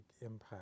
impact